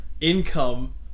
income